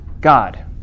God